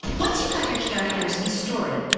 once you've got your characters and story,